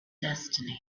destiny